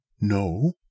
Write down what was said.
No